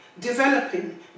Developing